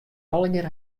allegear